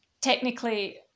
technically